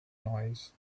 noise